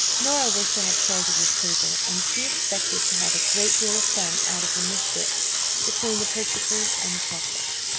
nora was to have charge of this table, and she expected to have a great deal of fun out of the misfits between the purchasers and the parcels.